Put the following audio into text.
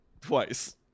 twice